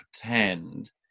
pretend